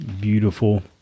beautiful